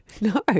No